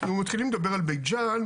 אנחנו מתחילים לדבר על בית ג'ן,